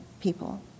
people